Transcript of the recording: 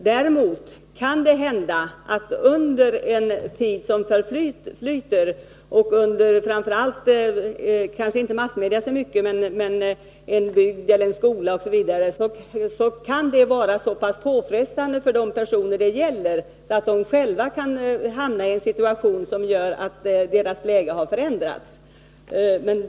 Däremot kan under den tid som förflyter fram till ett avgörande opinionen — kanske inte så mycket genom massmedierna utan när det gäller en bygd, en skola e. d.— bli så påfrestande för de personer som det gäller att de själva kan hamna i en situation som gör att deras läge har förändrats.